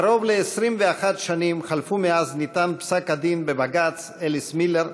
קרוב ל-21 שנה חלפו מאז ניתן פסק-הדין בבג"ץ אליס מילר,